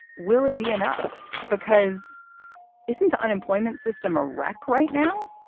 will it be enough? because isn't the unemployment system a wreck right now?